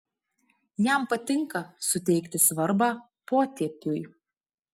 jam patinka suteikti svarbą potėpiui